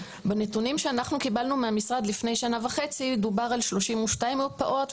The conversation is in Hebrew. בנתונים שאנחנו קיבלנו מהמשרד לפני שנה וחצי דובר על 32 מרפאות,